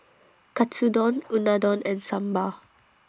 Katsudon Unadon and Sambar